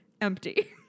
Empty